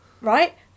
right